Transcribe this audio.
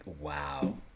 Wow